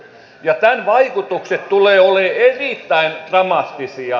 tämän vaikutukset tulevat olemaan erittäin dramaattisia